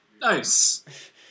Nice